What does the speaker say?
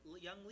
young